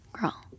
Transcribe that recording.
Girl